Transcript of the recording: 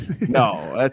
No